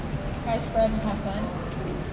khai friend what happened